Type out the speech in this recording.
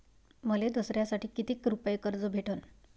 मले दसऱ्यासाठी कितीक रुपये कर्ज भेटन?